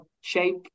shape